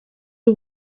b’i